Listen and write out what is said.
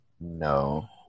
No